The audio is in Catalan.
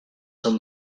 són